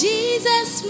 Jesus